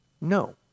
No